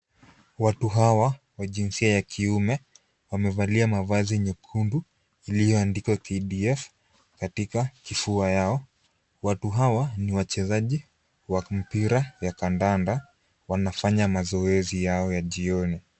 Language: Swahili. Watu hawa wa jinsia ya kiume wamevalia mavazi nyekundu iliyoandikwa KDF katika kifua yao. Watu hawa ni wachezaji wa mpira ya kandanda. Wanafanya mazoezi yao ya jioni.